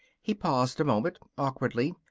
he paused a moment, awkwardly.